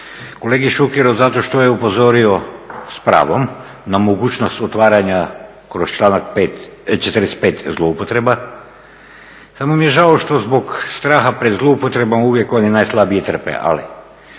Kolegi Šukeru zato što je upozorio s pravom na mogućnost otvaranja kroz članak 45.zloupotreba, samo mi je žao što zbog straha pred zloupotrebom oni najslabiji trpe. Ali